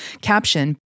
caption